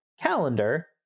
calendar